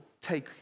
take